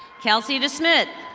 kelsey desmitt.